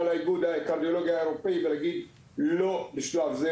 של איגוד הקרדיולוגים ולכן אין פיילוט